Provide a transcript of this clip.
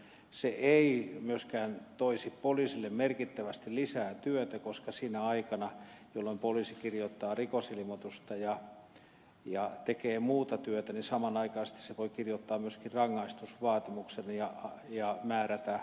se ei myöskään toisi poliisille merkittävästi lisää työtä koska sinä aikana jolloin poliisi kirjoittaa rikosilmoitusta ja tekee muuta työtä hän samanaikaisesti voi kirjoittaa myöskin rangaistusvaatimuksen ja määrätä ajokiellon